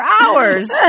hours